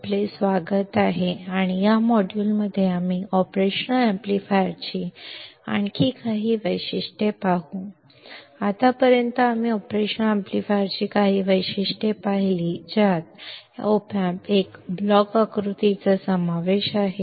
ಇಲ್ಲಿಯವರೆಗೆ ಒಪಾಮ್ಪ್ ನ ಬ್ಲಾಕ್ ರೇಖಾಚಿತ್ರವನ್ನು ಒಳಗೊಂಡಂತೆ ಆಪರೇಷನ್ ಆಂಪ್ಲಿಫೈಯರ್ ನ ಕೆಲವು ಗುಣಲಕ್ಷಣಗಳನ್ನು ನಾವು ನೋಡಿದ್ದೇವೆ